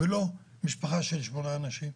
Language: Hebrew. ולא משפחה של שמונה אנשים.